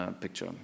picture